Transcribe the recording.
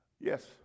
Yes